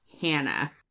Hannah